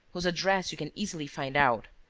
whose address you can easily find out,